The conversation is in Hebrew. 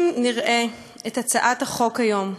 אם נראה את הצעת החוק היום עוברת,